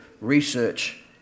research